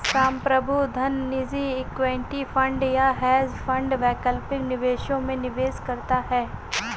संप्रभु धन निजी इक्विटी फंड या हेज फंड वैकल्पिक निवेशों में निवेश करता है